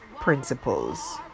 principles